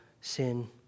sin